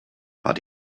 but